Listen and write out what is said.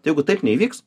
tai jeigu taip neįvyks